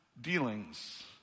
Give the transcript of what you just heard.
dealings